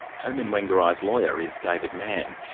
herman wangiraii's lawyer is david manne.